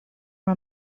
are